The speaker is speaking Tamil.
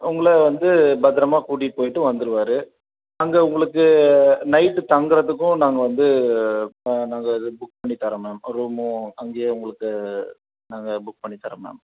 உங்களை வந்து பத்திரமா கூட்டிகிட்டு போய்விட்டு வந்துருவார் அங்கே உங்களுக்கு நைட்டு தங்குகிறதுக்கும் நாங்கள் வந்து ஆ நாங்கள் இது புக் பண்ணி தரோம் மேம் ரூமும் அங்கேயே உங்களுக்கு நாங்கள் புக் பண்ணி தரோம் மேம்